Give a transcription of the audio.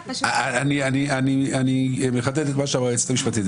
אני מחדד את מה שאמרה היועצת המשפטית.